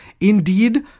Indeed